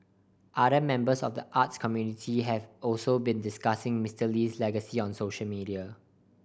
other members of the arts community have also been discussing Mister Lee's legacy on social media